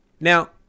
Now